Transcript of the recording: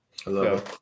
Hello